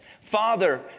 Father